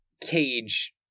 cage